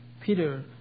Peter